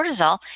cortisol